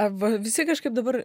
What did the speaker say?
arba visi kažkaip dabar